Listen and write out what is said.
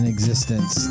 existence